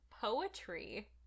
poetry